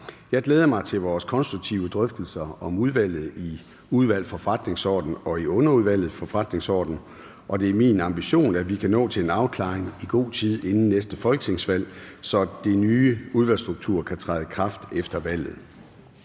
Jeg glæder mig til vores konstruktive drøftelser om udvalgene i Udvalget for Forretningsordenen og i Underudvalget for Forretningsordenen, og det er min ambition, at vi kan nå frem til en afklaring i god tid inden næste folketingsvalg, så den nye udvalgsstruktur kan træde i kraft efter valget.